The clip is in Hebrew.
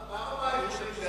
מה הרמה העקרונית?